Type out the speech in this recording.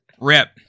Rip